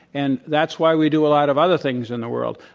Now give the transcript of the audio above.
and that's why we do a lot of other things in the world.